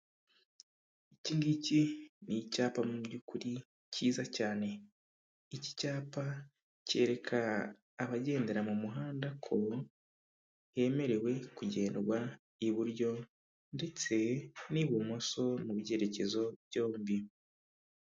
Ikingigiki ni icyapa mu by'ukuri cyiza cyane. Iki cyapa cyereka abagendera mu muhanda ko, hemerewe kugendwa iburyo ndetse n'ibumoso mu byerekezo byombi.